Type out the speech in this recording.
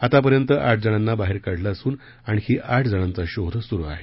आतापर्यंत आठ जणांना बाहेर काढलं असून आणखी आठ जणांचा शोध सुरु आहे